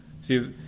See